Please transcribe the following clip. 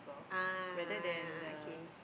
ah a'ah a'ah okay